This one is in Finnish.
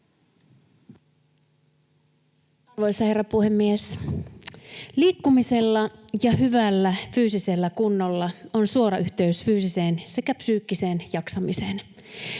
Arvoisa herra puhemies! Liikkumisella ja hyvällä fyysisellä kunnolla on suora yhteys fyysiseen sekä psyykkiseen jaksamiseen.